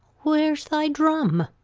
where's thy drum?